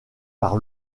par